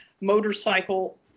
motorcycle